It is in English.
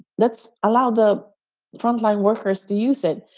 let's allow the frontline workers to use it.